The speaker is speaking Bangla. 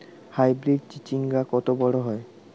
হাইব্রিড চিচিংঙ্গা কত বড় হয়?